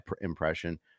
impression